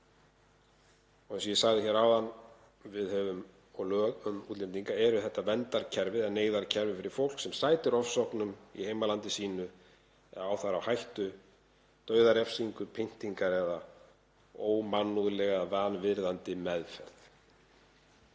Eins og ég sagði hér áðan eru lög um útlendinga þetta verndarkerfi, neyðarkerfi fyrir fólk sem sætir ofsóknum í heimalandi sínu eða á þar á hættu dauðarefsingu, pyndingar eða ómannúðlega eða vanvirðandi meðferð.